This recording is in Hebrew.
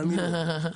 תאמין לה.